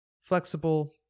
flexible